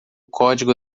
código